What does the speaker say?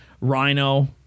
Rhino